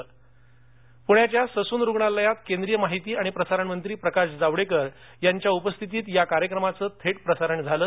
पृण्याच्या ससून रुग्णायलयात केंद्रीय माहिती आणि प्रसारण मंत्री प्रकाश जावडेकर यांच्या उपस्थितीत या कार्यक्रमाच थेट प्रसारण झालं